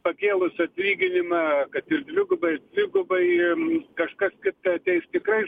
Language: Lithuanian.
pakėlus atlyginimą kad ir dvigubai ir trigubai kažkas kita ateis tikrai